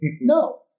No